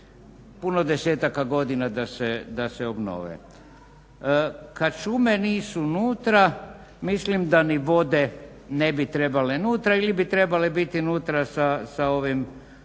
puno desetaka godina da se obnove. Kad šume nisu unutra mislim da ni vode ne bi trebale nutra, ili bi trebale biti nutra sa ovim